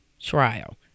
trial